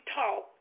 talk